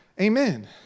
Amen